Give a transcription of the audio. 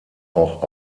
auch